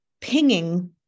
pinging